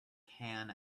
can